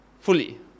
fully